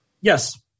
Yes